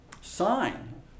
sign